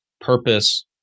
Purpose